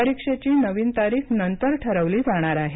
परीक्षेची नवीन तारीख नंतर ठरवली जाणार आहे